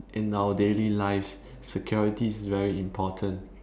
in our daily lives security is very important